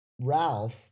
Ralph